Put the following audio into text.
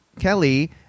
Kelly